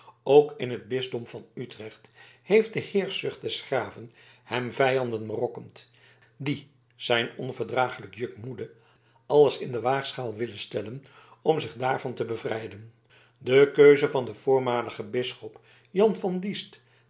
ook in het bisdom van utrecht heeft de heerschzucht des graven hem vijanden berokkend die zijn onverdraaglijk juk moede alles in de waagschaal willen stellen om zich daarvan te bevrijden de keuze van den voormaligen bisschop jan van diest